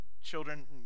children